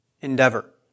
endeavor